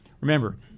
remember